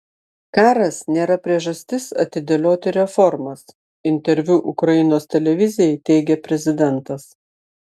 karas nėra priežastis atidėlioti reformas interviu ukrainos televizijai teigė prezidentas